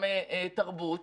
גם תרבות,